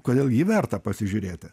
kodėl jį verta pasižiūrėti